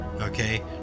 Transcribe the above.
okay